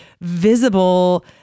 visible